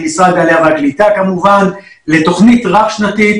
משרד העלייה והקליטה לתוכנית רב-שנתית,